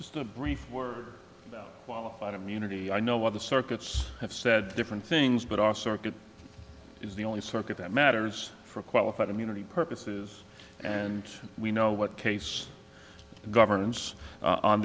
just a brief word qualified immunity i know other circuits have said different things but our circuit is the only circuit that matters for qualified immunity purposes and we know what case governance